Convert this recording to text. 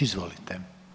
Izvolite.